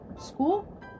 school